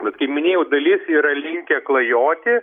bet kaip minėjau dalis yra linkę klajoti